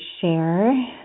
share